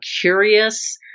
curious